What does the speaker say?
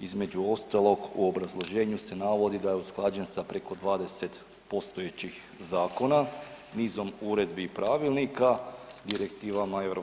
Između ostalog u obrazloženju se navodi da je usklađen sa preko 20 postojećih zakona, nizom uredbi i pravilnika, direktivama EU